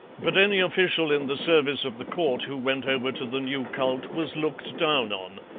but any official in the service of the court who went over to the new cult was looked down on,